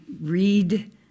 read